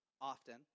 often